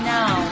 now